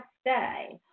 stay